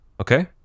Okay